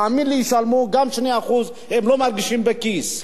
תאמין לי, ישלמו גם 2%, הם לא מרגישים בכיס.